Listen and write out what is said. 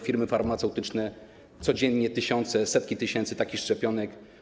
Firmy farmaceutyczne produkują codziennie tysiące, setki tysięcy takich szczepionek.